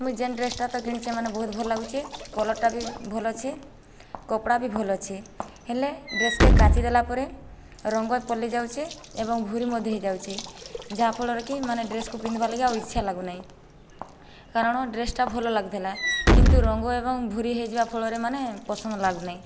ମୁଇଁ ଯେନ୍ ଡ୍ରେସ୍ଟା ତ କିଣିଛେ ମାନେ ବହୁତ୍ ଭଲ ଲାଗୁଛେ କଲର୍ଟା ବି ଭଲ୍ ଅଛେ କପଡ଼ା ବି ଭଲ୍ ଅଛେ ହେଲେ ଡ୍ରେସ୍କେ କାଚି ଦେଲା ପରେ ରଙ୍ଗ ପଲେଇ ଯାଉଛେ ଏବଂ ଘୁରି ମଧ୍ୟ ହେଇ ଯାଉଛେ ଯାହାଫଳରେକି ମାନେ ଡ୍ରେସ୍କୁ ପିନ୍ଧିବା ଲାଗି ଆଉ ଇଚ୍ଛା ଲାଗୁନାଇଁ କାରଣ ଡ୍ରେସ୍ଟା ଭଲ ଲାଗୁଥିଲା କିନ୍ତୁ ରଙ୍ଗ ଏବଂ ଘୁରି ହେଇଯିବା ଫଳରେ ମାନେ ପସନ୍ଦ ଲାଗୁନାଇଁ